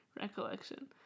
Recollection